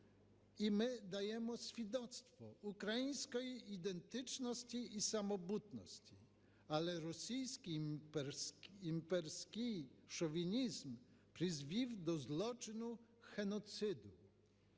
і ми надаємо свідоцтво української ідентичності і самобутності, але російський імперський шовінізм призвів до злочину – геноциду.